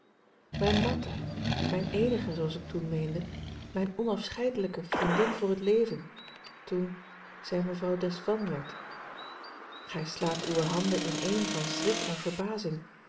mijne martha mijne eenige zooals ik toen meende mijne onafscheidelijke vriendin voor het leven toen zij mevrouw desvannes werd gij slaat uwe handen inéén van schrik en verbazing